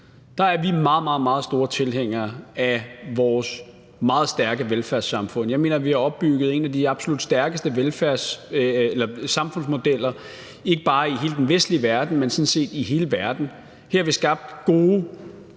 side er meget, meget store tilhængere af vores meget stærke velfærdssamfund. Jeg mener, at vi har opbygget en af de absolut stærkeste samfundsmodeller, ikke bare i hele den vestlige verden, men sådan set i hele verden. Her har vi skabt et